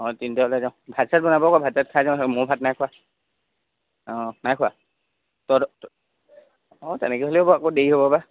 অঁ তেন্তে হ'লে যাম ভাত চাত বনাব ক ভাত চাত খাই যাম ময়ো ভাত নাই খোৱা অঁ নাই খোৱা তোৰ অঁ তেনেকে হ'লেও হ'ব আকৌ দেৰি হ'ব বা